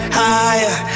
higher